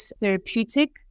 therapeutic